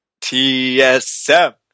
TSM